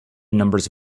numbers